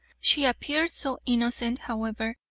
she appeared so innocent, however,